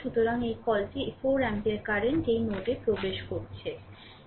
সুতরাং এই কলটি 4 অ্যাম্পিয়ার কারেন্ট এই নোডে প্রবেশ করছে